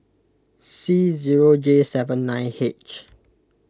C zero J seven nine H